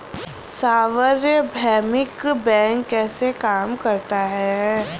सार्वभौमिक बैंक कैसे कार्य करता है?